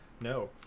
no